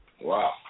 Wow